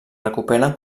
recuperen